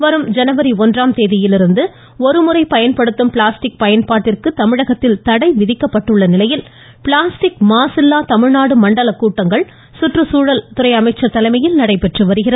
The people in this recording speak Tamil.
வரும் ஜனவரி ஒன்றாம் தேதியிலிருந்து ஒருமுறை பயன்படுத்தும் பிளாஸ்டிக் பயன்பாட்டிற்கு தமிழகத்தில் தடை விதிக்கப்பட்டுள்ள நிலையில் பிளாஸ்டிக் மாசில்லா தமிழ்நாடு மண்டல கூட்டங்கள் கற்றுச்சூழல் துறை அமைச்சர் தலைமையில் நடைபெற்று வருகிறது